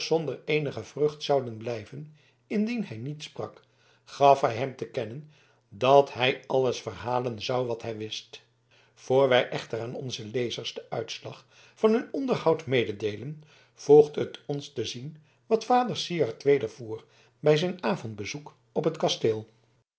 zonder eenige vrucht zouden blijven indien hij niet sprak gaf hij hem te kennen dat hij alles verhalen zou wat hij wist voor wij echter aan onze lezers den uitslag van hun onderhoud mededeelen voegt het ons te zien wat vader syard wedervoer bij zijn avondbezoek op het kasteel